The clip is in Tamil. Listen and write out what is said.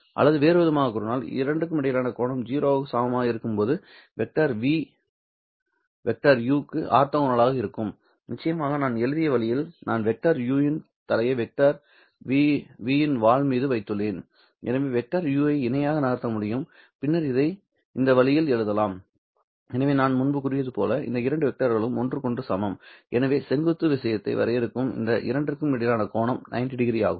அல்லது வேறுவிதமாகக் கூறினால் இரண்டிற்கும் இடையேயான கோணம் 0 க்கு சமமாக இருக்கும்போது வெக்டர் v வெக்டர் u க்கு ஆர்த்தோகனலாக இருக்கும் நிச்சயமாக நான் எழுதிய வழியில் நான் வெக்டர் u இன் தலையை வெக்டர் v இன் வால் மீது வைத்துள்ளேன் இந்த வெக்டர் u ஐ இணையாக நகர்த்த முடியும் பின்னர் இதை இந்த வழியில் எழுதலாம் எனவே நான் முன்பு கூறியது போல இந்த இரண்டு வெக்டர்களும் ஒன்றுக்கொன்று சமம் எனவே செங்குத்து விஷயத்தை வரையறுக்கும் இந்த இரண்டிற்கும் இடையிலான கோணம் 90ᴼ ஆகும்